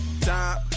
time